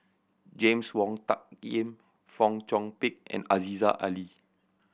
James Wong Tuck Yim Fong Chong Pik and Aziza Ali